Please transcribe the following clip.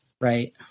right